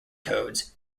codes